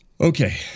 Okay